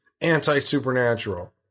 anti-supernatural